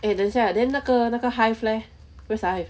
eh 等下 then 那个那个 hive leh where's the hive